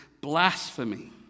blasphemy